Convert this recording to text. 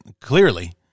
clearly